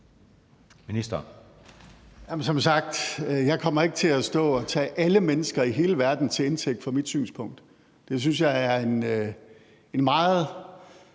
Wammen): Som sagt kommer jeg ikke til at stå og tage alle mennesker i hele verden til indtægt for mit synspunkt. Det synes jeg er en meget